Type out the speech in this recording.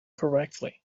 correctly